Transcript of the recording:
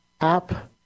app